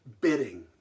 bidding